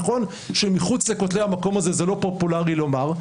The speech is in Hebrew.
נכון שמחוץ לכותלי המקום הזה זה לא פופולרי לומר,